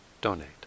donate